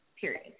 Period